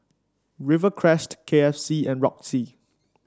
Rivercrest K F C and Roxy